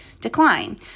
decline